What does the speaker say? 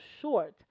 short